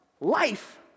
life